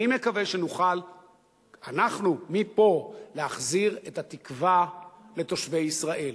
אני מקווה שנוכל אנחנו מפה להחזיר את התקווה לתושבי ישראל.